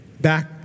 back